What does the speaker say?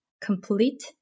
complete